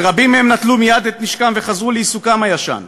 ורבים מהם נטלו מייד את נשקם וחזרו לעיסוקם הישן,